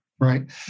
Right